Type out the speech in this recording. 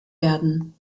werden